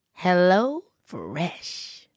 HelloFresh